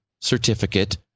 certificate